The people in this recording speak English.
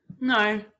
No